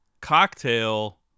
cocktail